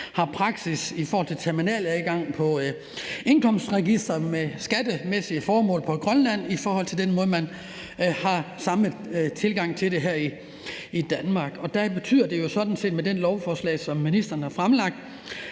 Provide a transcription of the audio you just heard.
har praksis på i forhold til terminaladgang til indkomstregistret med skattemæssige formål til brug for Grønland, på samme måde, som man har tilgang til det her i Danmark. Der betyder det jo sådan set, med det lovforslag, som ministeren har fremlagt,